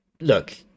look